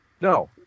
No